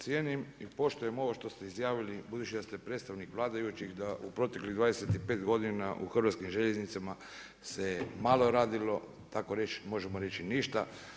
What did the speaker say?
Cijenim i poštujem ovo što ste izjavili budući da ste predstavnik vladajućih da u proteklih 25 godina u Hrvatskim željeznicama se malo radilo, tako reći možemo reći ništa.